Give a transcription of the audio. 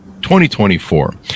2024